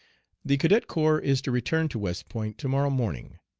the cadet corps is to return to west point to-morrow morning.